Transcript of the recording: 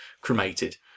cremated